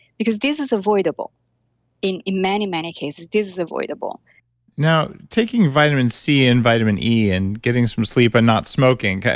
because this is avoidable in in many, many cases. this is avoidable now, taking vitamin c and vitamin e and getting some sleep and not smoking,